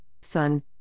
son